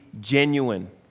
genuine